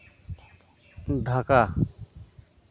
Dhaka